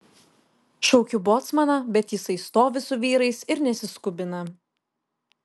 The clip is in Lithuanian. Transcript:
šaukiu bocmaną bet jisai stovi su vyrais ir nesiskubina